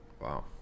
Wow